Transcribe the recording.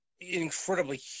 incredibly